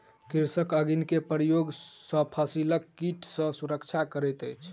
कृषक अग्नि के प्रयोग सॅ फसिलक कीट सॅ सुरक्षा करैत अछि